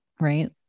right